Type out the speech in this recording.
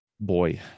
Boy